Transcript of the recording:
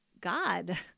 God